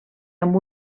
amb